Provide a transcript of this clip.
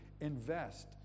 Invest